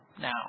now